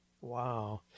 Wow